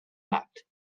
act